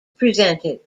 presented